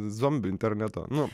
zombiu interneto nu